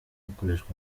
bukoreshwa